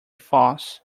false